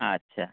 আচ্ছা